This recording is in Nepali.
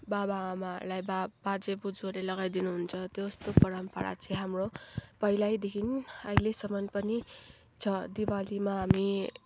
बाबा आमाहरूलाई बाजे बोज्यूहरूले लगाइदिनुहुन्छ त्यस्तो परम्परा चाहिँ हाम्रो पहिलैदेखि अहिलेसम्म पनि छ दिवालीमा हामी